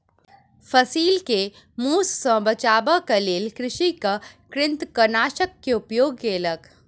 फसिल के मूस सॅ बचाबअ के लेल कृषक कृंतकनाशक के उपयोग केलक